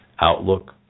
Outlook